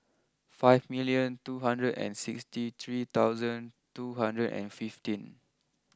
five million two hundred and sixty three thousand two hundred and fifteen